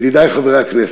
ידידי חברי הכנסת,